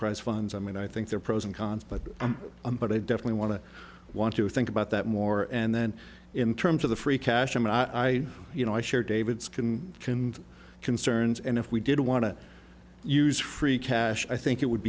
prize funds i mean i think there are pros and cons but i'm but i definitely want to want to think about that more and then in terms of the free cash i mean i you know i share david's can concerns and if we did want to use free cash i think it would